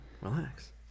relax